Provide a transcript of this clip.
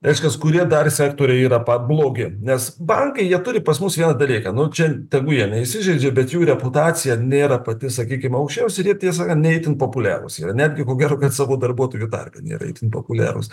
reiškias kurie dar sektoriai yra pa blogi nes bankai jie turi pas mus vieną dalyką nu čia tegul jie neįsižeidžia bet jų reputacija nėra pati sakykim aukščiausia ir jie tiesą sakan ne itin populiarūs yra netgi ko gero kad savo darbuotojų tarpe nėra itin populiarūs